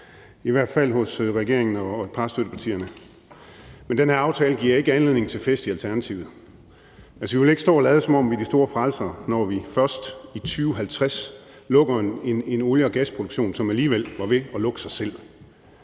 i hvert fald hos regeringen og et par af støttepartierne, men den her aftale giver ikke anledning til fest i Alternativet. Altså, vi vil ikke stå og lade, som om vi er de store frelsere, når vi først i 2050 lukker ned for en olie- og gasproduktion, som alligevel var ved at lukke sig selv